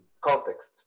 context